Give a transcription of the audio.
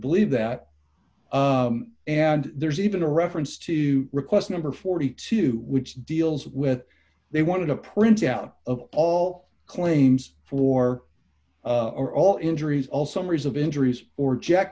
believe that and there's even a reference to request number forty two which deals with they wanted a printout of all claims floor or all injuries all summaries of injuries or jack